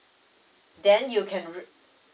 then you can rent